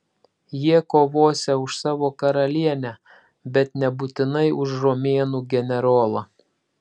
jie kovosią už savo karalienę bet nebūtinai už romėnų generolą